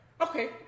okay